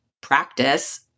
practice